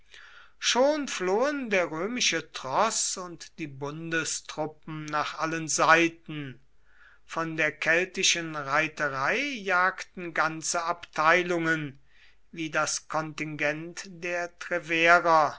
schon flohen der römische troß und die bundestruppen nach allen seiten von der keltischen reiterei jagten ganze abteilungen wie das kontingent der treverer